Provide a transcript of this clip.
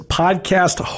podcast